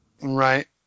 Right